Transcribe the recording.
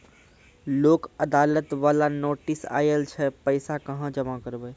लोक अदालत बाला नोटिस आयल छै पैसा कहां जमा करबऽ?